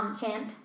chant